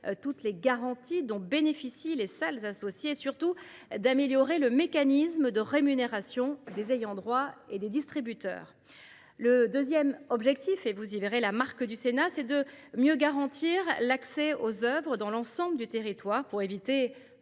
toutes les garanties dont bénéficient les salles associées, et, surtout, d’améliorer le mécanisme de rémunération des ayants droit et des distributeurs. Le deuxième objectif, dans lequel vous verrez la marque du Sénat, est de mieux garantir l’accès aux œuvres sur l’ensemble du territoire, pour éviter